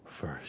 first